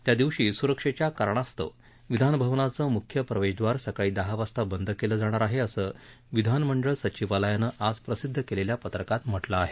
त्यादिवशी स्रक्षेच्या कारणास्तव विधानभवनाचं म्ख्य प्रवेशदवार सकाळी दहा वाजता बंद केलं जाणार आहे असं विधानमंडळ सचिवालयानं आज प्रसिदध केलेल्या पत्रकात म्हटलं आहे